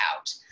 out